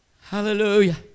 Hallelujah